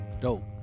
Dope